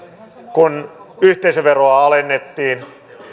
kun yhteisöveroa alennettiin